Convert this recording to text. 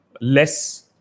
less